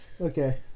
Okay